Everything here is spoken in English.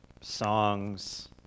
songs